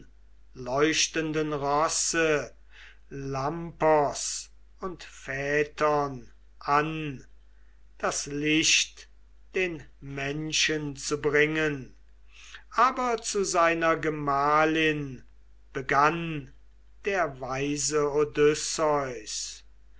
leuchtenden rosse lampos und phaeton an das licht den menschen zu bringen aber zu seiner gemahlin begann der weise